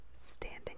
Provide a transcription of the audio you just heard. standing